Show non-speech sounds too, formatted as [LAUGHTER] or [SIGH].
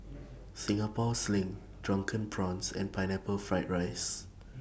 Singapore Sling Drunken Prawns and Pineapple Fried Rice [NOISE]